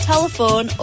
Telephone